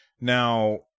Now